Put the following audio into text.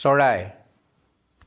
চৰাই